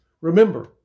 Remember